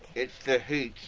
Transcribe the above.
it's the heat.